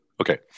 Okay